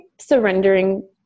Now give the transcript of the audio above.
surrendering